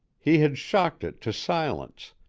he had shocked it to silence,